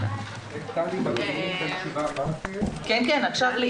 בשעה 11:05. אני